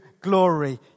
glory